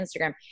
Instagram